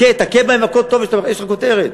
הכה תכה בהם, הכול טוב, יש לך כותרת.